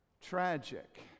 tragic